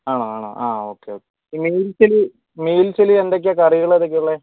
ആണോ ആണോ ആഹ് ഓക്കേ ഈ മീൽസിൽ മീൽസിൽ എന്തൊക്കെയാണ് കറികൾ ഏതൊക്കെയാണ് ഉള്ളത്